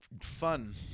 fun